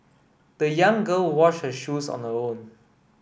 the young girl washed her shoes on the own